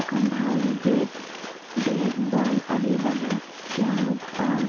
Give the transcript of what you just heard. এখন ভাল bat bat ball আদিৰ বাবে তেওঁলোক